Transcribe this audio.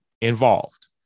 involved